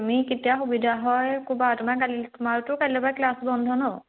আমি কেতিয়া সুবিধা হয় ক'বা তোমাৰ কালি তোমাৰতো কাইলে পৰা ক্লাছ বন্ধ ন